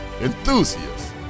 enthusiasts